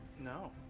No